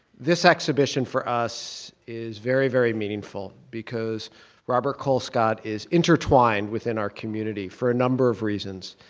this exhibition for us is very, very meaningful because robert colescott is intertwined within our community for a number of reasons.